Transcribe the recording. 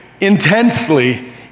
intensely